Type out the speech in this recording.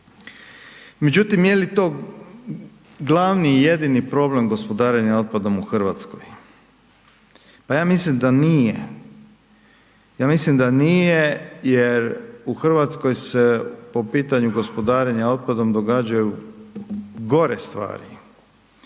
Međutim jeli to glavni i jedini gospodarenja otpadom u Hrvatskoj? Ja mislim da nije, ja mislim da nije jer u Hrvatskoj se po pitanju gospodarenja otpadom događaju gore stvari.